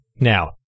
Now